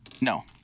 No